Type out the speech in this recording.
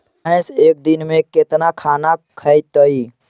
भैंस एक दिन में केतना खाना खैतई?